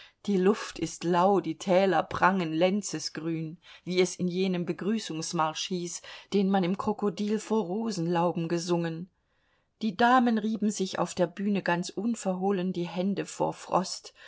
die luft ist lau die täler prangen lenzesgrün wie es in jenem begrüßungsmarsch hieß den man im krokodil vor rosenlauben gesungen die damen rieben sich auf der bühne ganz unverhohlen die hände vor frost